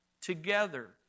together